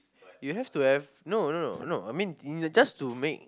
you have to have no no no no I mean just to make